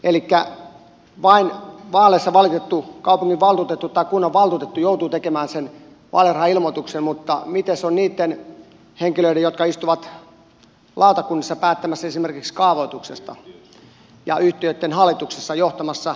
elikkä vain vaaleissa valittu kaupunginvaltuutettu tai kunnanvaltuutettu joutuu tekemään sen vaalirahailmoituksen mutta mites on niitten henkilöiden kanssa jotka istuvat lautakunnissa päättämässä esimerkiksi kaavoituksesta ja yhtiöitten hallituksissa johtamassa yhtiöitten hallituksia